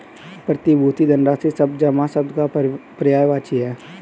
प्रतिभूति धनराशि शब्द जमा शब्द का पर्यायवाची है